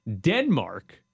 Denmark